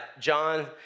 John